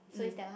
so it's that one